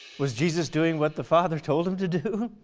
was jesus doing what the father told him to do?